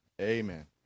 Amen